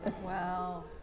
Wow